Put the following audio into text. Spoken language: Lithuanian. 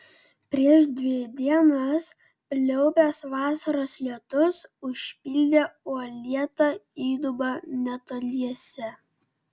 prieš dvi dienas pliaupęs vasaros lietus užpildė uolėtą įdubą netoliese